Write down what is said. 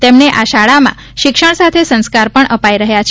તેમને આ શાળામાં શિક્ષણ સાથે સંસ્કારપણ અપાઇ રહ્યા છે